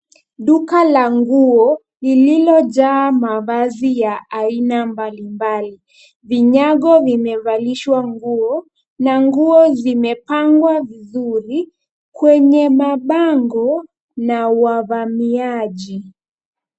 Duka la nguo lililojaa mavazi ya aina mbalimbali. Vinyago vimevalishwa nguo na nguo zimepangwa vizuri kwenye mabango na wavamiaji